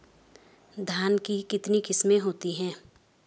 धान की कितनी किस्में होती हैं?